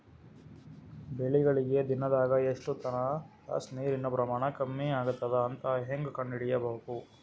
ಬೆಳಿಗಳಿಗೆ ದಿನದಾಗ ಎಷ್ಟು ತಾಸ ನೀರಿನ ಪ್ರಮಾಣ ಕಮ್ಮಿ ಆಗತದ ಅಂತ ಹೇಂಗ ಕಂಡ ಹಿಡಿಯಬೇಕು?